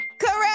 Correct